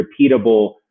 repeatable